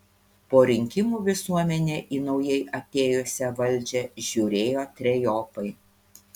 po rinkimų visuomenė į naujai atėjusią valdžią žiūrėjo trejopai